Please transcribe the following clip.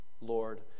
Lord